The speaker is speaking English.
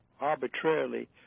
arbitrarily